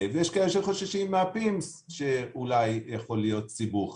יש כאלה שחוששים מה-PIMS שאולי יכול להיות סיבוך.